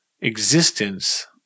existence